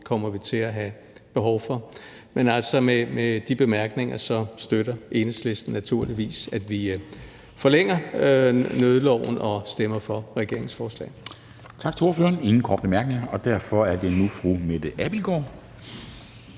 også i perioden efter nytår. Med de bemærkninger støtter Enhedslisten naturligvis, at vi forlænger nødloven, og stemmer for regeringens forslag.